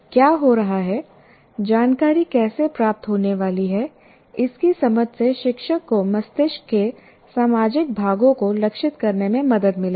क्या हो रहा है जानकारी कैसे प्राप्त होने वाली है इसकी समझ से शिक्षक को मस्तिष्क के सामाजिक भागों को लक्षित करने में मदद मिलेगी